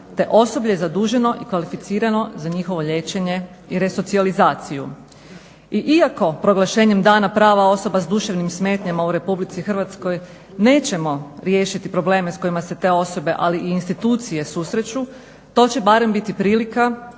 te osoblje zaduženo i kvalificirano za njihovo liječenje i resocijalizaciju. I iako, proglašenjem dana prava osoba s duševnim smetnjama u Republici Hrvatskoj nećemo riješiti probleme s kojima se te osobe, ali i institucije susreću. To će barem biti prilika